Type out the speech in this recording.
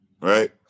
Right